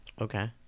Okay